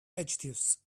adjectives